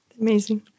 Amazing